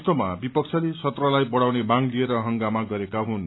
यस्तोमा विपक्षले सत्रलाई बढ़ाउने माग लिएर हंगामा गरेका हुन्